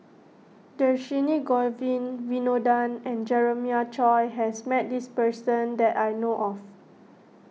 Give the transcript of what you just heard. Dhershini Govin Winodan and Jeremiah Choy has met this person that I know of